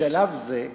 בשלב זה,